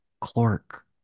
Clark